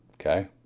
Okay